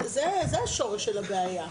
זה שורש הבעיה,